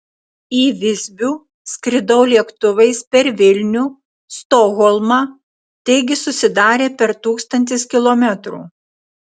į visbių skridau lėktuvais per vilnių stokholmą taigi susidarė per tūkstantis kilometrų